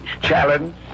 Challenge